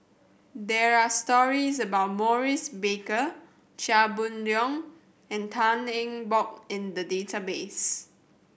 there are stories about Maurice Baker Chia Boon Leong and Tan Eng Bock in the database